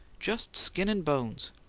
just skin and bones.